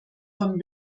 von